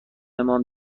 مان